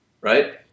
right